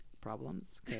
Problems